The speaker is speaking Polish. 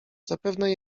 zapewne